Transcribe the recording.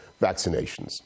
vaccinations